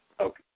Okay